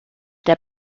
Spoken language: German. der